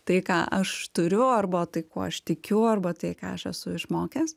tai ką aš turiu arba tai kuo aš tikiu arba tai ką aš esu išmokęs